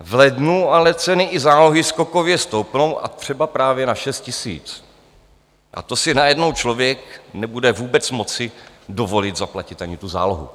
V lednu ale ceny i zálohy skokově stoupnou a třeba právě na 6 000, a to si najednou člověk nebude vůbec moci dovolit zaplatit ani tu zálohu.